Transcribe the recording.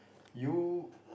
you